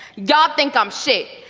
y'all think i'm shit.